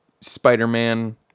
Spider-Man